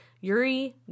Yuri